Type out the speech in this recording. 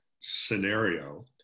scenario